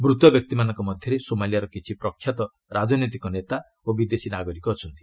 ମୃତ ବ୍ୟକ୍ତିମାନଙ୍କ ମଧ୍ୟରେ ସୋମାଲିଆର କିଛି ପ୍ରଖ୍ୟାତ ରାଜନୈତିକ ନେତା ଓ ବିଦେଶୀ ନାଗରିକ ଅଛନ୍ତି